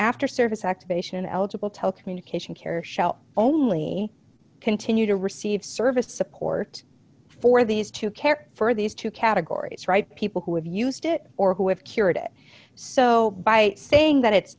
after service activation eligible telecommunication care shall only continue to receive service support for these to care for these two categories right people who have used it or who have cured it so by saying that it's